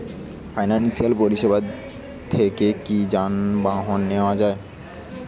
Financial পরিসেবা থেকে কি যানবাহন নেওয়া যায়?